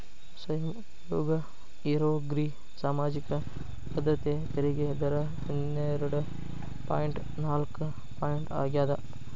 ಸ್ವಯಂ ಉದ್ಯೋಗ ಇರೋರ್ಗಿ ಸಾಮಾಜಿಕ ಭದ್ರತೆ ತೆರಿಗೆ ದರ ಹನ್ನೆರಡ್ ಪಾಯಿಂಟ್ ನಾಲ್ಕ್ ಪರ್ಸೆಂಟ್ ಆಗ್ಯಾದ